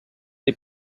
dei